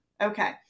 Okay